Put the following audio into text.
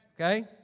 Okay